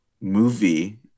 movie